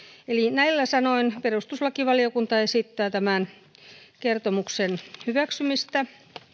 näillä sanoin perustuslakivaliokunta esittää tämän kertomuksen hyväksymistä